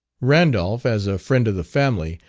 randolph, as a friend of the family,